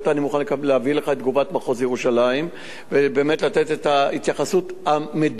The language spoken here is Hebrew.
אני מוכן להביא לך את תגובת מחוז ירושלים ולתת את ההתייחסות המדויקת.